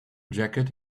jacket